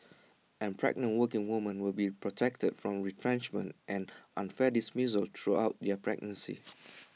and pregnant working women will be protected from retrenchment and unfair dismissal throughout their pregnancy